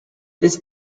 this